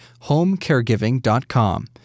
homecaregiving.com